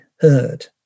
heard